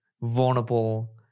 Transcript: vulnerable